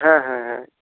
হ্যাঁ হ্যাঁ হ্যাঁ